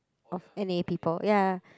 of N A people ya